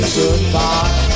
goodbye